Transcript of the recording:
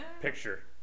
picture